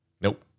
Nope